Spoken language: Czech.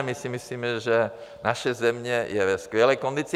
My si myslíme, že naše země je ve skvělé kondici.